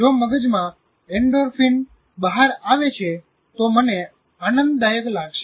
જો મગજમાં એન્ડોર્ફિન બહાર આવે છે તો મને આનંદદાયક લાગસે